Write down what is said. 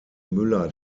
müller